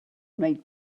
wneud